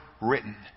written